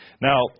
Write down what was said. Now